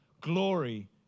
Glory